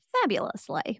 fabulously